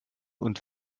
und